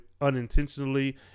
unintentionally